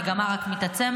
המגמה רק מתעצמת,